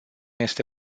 este